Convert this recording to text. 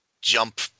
jump